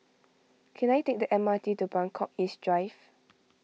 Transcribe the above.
can I take the M R T to Buangkok East Drive